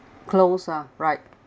close ah right